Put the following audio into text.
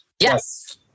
Yes